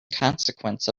consequence